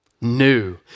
New